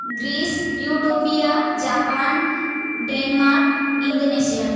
Greece Utopia Japan Denmark Indonesia